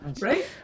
right